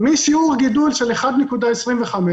משיעור גידול של 1.25%,